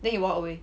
then he walk away